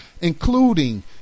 including